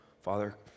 Father